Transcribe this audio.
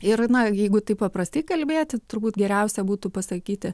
ir na jeigu taip paprastai kalbėti turbūt geriausia būtų pasakyti